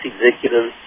executives